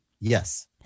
Yes